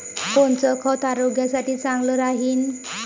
कोनचं खत आरोग्यासाठी चांगलं राहीन?